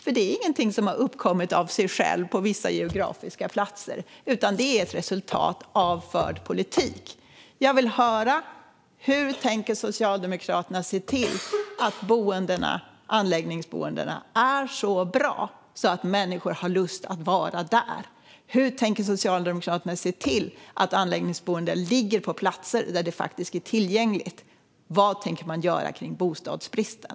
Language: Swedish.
Detta är inget som har uppkommit av sig självt på vissa geografiska platser utan ett resultat av förd politik. Jag vill höra hur Socialdemokraterna tänker se till att anläggningsboendena är så bra att människor har lust att vara där. Hur tänker Socialdemokraterna se till att anläggningsboenden ligger på platser som faktiskt är tillgängliga? Vad tänker man göra åt bostadsbristen?